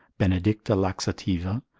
benedicta laxativa,